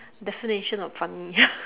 definition of funny